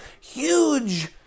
Huge